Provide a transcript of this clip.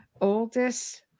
oldest